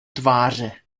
tváře